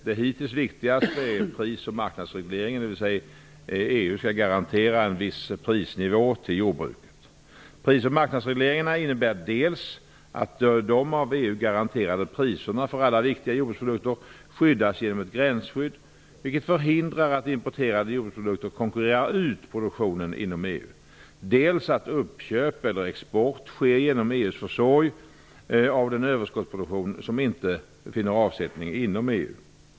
Det hittills viktigaste är pris och marknadsregleringen, dvs. att EU skall garantera en viss prisnivå till jordbruket. Pris och marknadsregleringarna innebär dels att de av EU garanterade priserna för alla viktiga jordbruksprodukter skyddas genom ett gränsskydd, vilket förhindrar att importerade jordbruksprodukter konkurrerar ut produktionen inom EU, dels att uppköp eller export sker genom EU:s försorg av den överskottsproduktion som inte finner avsättning inom EU.